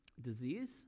disease